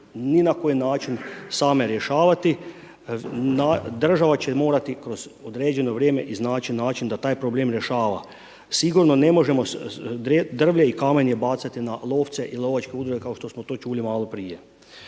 niti na koji način same rješavati. Država će morati kroz određeno vrijeme iznaći način da taj problem rješava. Sigurno ne možemo drvlje i kamenje bacati na lovce i lovačke udruge kao što smo to čuli maloprije.